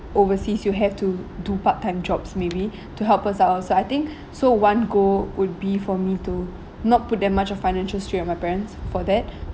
overseas you have to do part time jobs maybe to help us at outside so I think so one goal would be for me to not put that much of financial strain on my parents for that